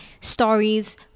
stories